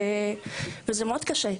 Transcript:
זה מאוד קשה.